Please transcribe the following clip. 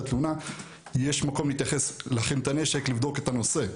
התלונה יש מקום להחרים את הנשק ולבדוק את הנושא.